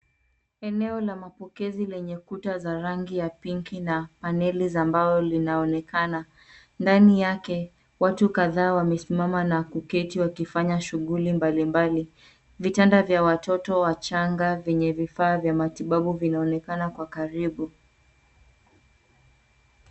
Eneo la mapokezi lenye rangi ya pinki na haneli za mbao linaonekana. Ndani yake watu kadhaa wamesimama na kuketi wakifanya shughuli mbalimbali. Vitanda vya watoto wachanga venye vifaa vya matibabu vinaonekana kwa karibu.